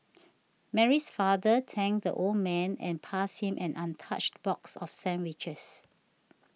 Mary's father thanked the old man and passed him an untouched box of sandwiches